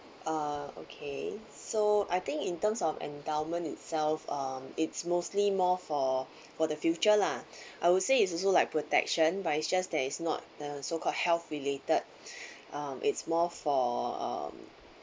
uh okay so I think in terms of endowment itself um it's mostly more for for the future lah I would say it's also like protection but it's just that it's not uh so called health related um it's more for um